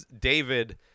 David